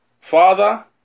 father